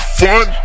fun